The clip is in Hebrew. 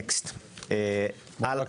הלאה.